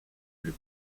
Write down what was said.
plus